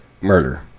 murder